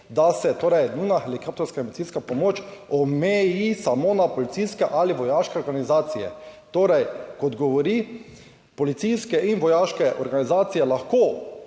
da se torej nujna helikopterska medicinska pomoč omeji samo na policijske ali vojaške organizacije. Kot govori, policijske in vojaške organizacije lahko